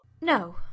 No